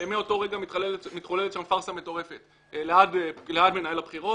מאותו רגע מתחוללת שם פארסה מטורפת ליד מנהל הבחירות.